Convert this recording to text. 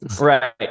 right